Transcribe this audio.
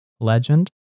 legend